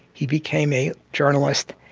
he became a journalist,